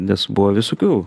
nes buvo visokių